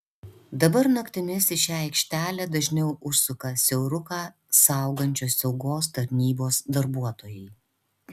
dabar naktimis į šią aikštelę dažniau užsuka siauruką saugančios saugos tarnybos darbuotojai